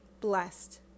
blessed